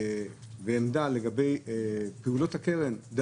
עמדה לגבי פעילות הקרן,